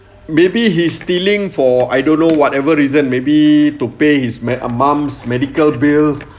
maybe he's stealing for I don't know whatever reason maybe to pay his men ah mom's medical bills